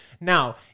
Now